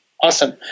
Awesome